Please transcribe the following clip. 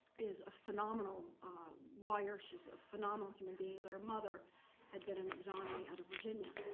is a phenomenal lawyer she's a phenomenal human being. but her mother had been an exoneree out of virginia.